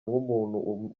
nk’umuntu